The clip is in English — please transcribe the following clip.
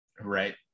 Right